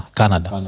canada